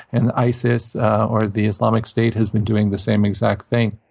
and isis or the islamic state has been doing the same exact thing.